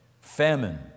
famine